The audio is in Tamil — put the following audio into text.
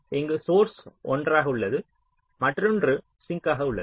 இங்கு சோர்ஸ் ஒன்றாக உள்ளது மற்றொன்று சிங்க் ஆக உள்ளது